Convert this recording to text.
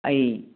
ꯑꯩ